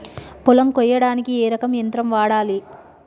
పొలం కొయ్యడానికి ఏ రకం యంత్రం వాడాలి?